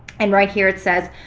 and right here it says,